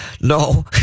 No